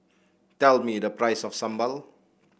tell me the price of sambal